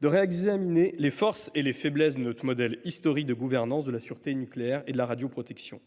de réexaminer les forces et les faiblesses de notre modèle historique de gouvernance de la sûreté nucléaire et de la radioprotection.